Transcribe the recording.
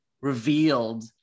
revealed